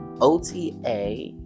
OTA